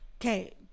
Okay